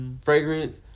fragrance